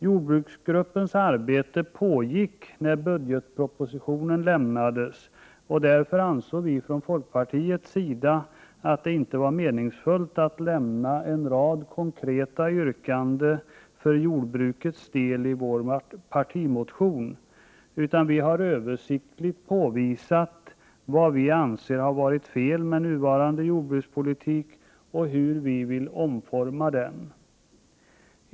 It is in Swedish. Jordbruksgruppens arbete pågick när årets budgetproposition avlämnades, och därför ansåg vi i folkpartiet att det inte var meningsfullt att ställa en rad konkreta yrkanden för jordbrukets del i vår partimotion, utan vi har översiktligt påvisat vad vi anser har varit fel med den nuvarande jordbrukspolitiken och hur vi vill omforma den.